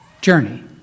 journey